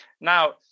Now